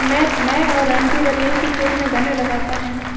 मैं और रणधीर अब एक ही खेत में गन्ने लगाते हैं